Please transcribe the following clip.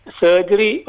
surgery